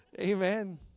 Amen